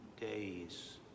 days